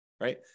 Right